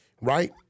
right